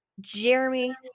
Jeremy